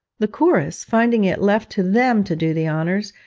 the chorus, finding it left to them to do the honours,